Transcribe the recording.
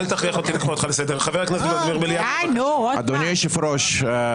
אדוני היושב-ראש,